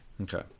Okay